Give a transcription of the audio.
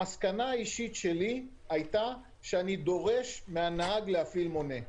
המסקנה שלי היתה שאני דורש מהנהג להפעיל מונה.